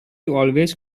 always